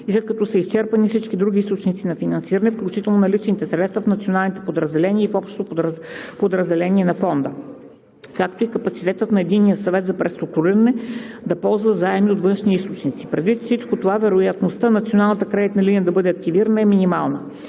след като са изчерпани всички други източници на финансиране, включително наличните средства в националните подразделения и в общото подразделение на Фонда, както и капацитетът на Единният съвет за преструктуриране да ползва заеми от външни източници. Предвид всичко това вероятността националната кредитна линия да бъде активирана е минимална.